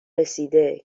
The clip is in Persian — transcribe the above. رسیده